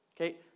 Okay